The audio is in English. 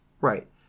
Right